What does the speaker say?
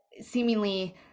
seemingly